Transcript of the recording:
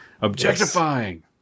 Objectifying